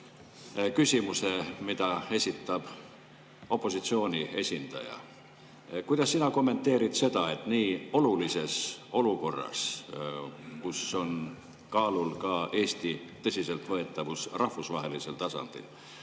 küsimuse, mida esitab opositsiooni esindaja. Kuidas sina kommenteerid seda, et nii olulises olukorras, kus on kaalul ka Eesti tõsiseltvõetavus rahvusvahelisel tasandil,